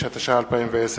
התש"ע 2010,